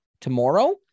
tomorrow